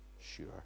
sure